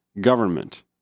government